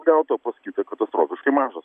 gaut o pas kitą katastrofiškai mažas